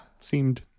seemed